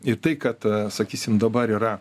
ir tai kad sakysim dabar yra